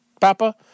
Papa